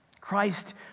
Christ